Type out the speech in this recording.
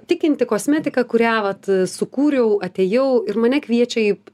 tikinti kosmetika kurią vat sukūriau atėjau ir mane kviečia į